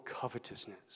covetousness